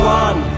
one